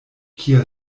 kia